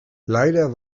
leider